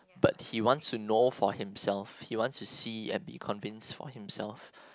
but he wants to know for himself he wants to see and be convinced for himself